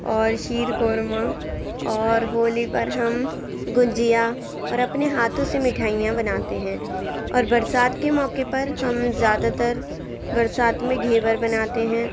اور شیر قورمہ اور ہولی پر ہم گجیا اور اپنے ہاتھوں سے مٹھائیاں بناتے ہیں اور برسات کے موقعے پر ہم زیادہ تر برسات میں گھیور بناتے ہیں